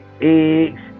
eggs